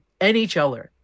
NHLer